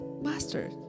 Master